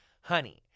Honey